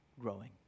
growing